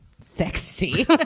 sexy